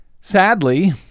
Sadly